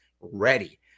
ready